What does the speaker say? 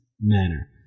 manner